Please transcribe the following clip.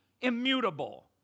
immutable